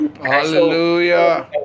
hallelujah